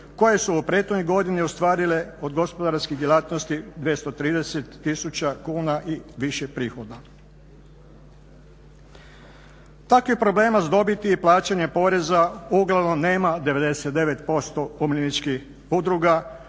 koje su u prethodnoj godini ostvarile od gospodarskih djelatnosti 230 tisuća kuna i više prihoda. Takvih problema s dobiti i plaćanja poreza uglavnom nema 99% umirovljeničkih udruga